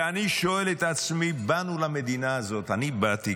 ואני שואל את עצמי, אני באתי למדינה הזאת כילד